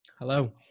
Hello